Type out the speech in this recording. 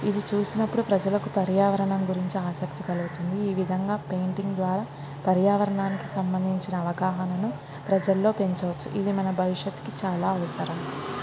ఇది చూసినప్పుడు ప్రజలకు పర్యావరణం గురించి ఆసక్తి కలుగుతుంది ఈ విధంగా పెయింటింగ్ ద్వారా పర్యావరణానికి సంబంధించిన అవగాహనను ప్రజల్లో పెంచవచ్చు ఇది మన భవిష్యత్తుకి చాలా అవసరం